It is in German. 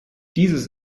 dieses